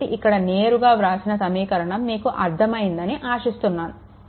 కాబట్టి ఇక్కడ నేరుగా వ్రాసిన సమీకరణం మీకు అర్ధమయ్యిందని ఆశిస్తున్నాను